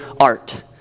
art